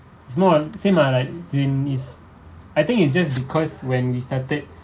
it's more uh same ah like I think it's just because when we started